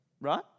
Right